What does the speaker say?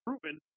proven